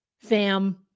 fam